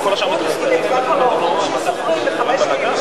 שכירות של משרדים היא שכירות לטווח ארוך,